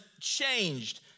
changed